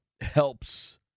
helps